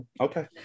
okay